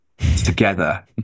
together